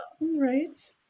Right